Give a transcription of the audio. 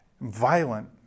violent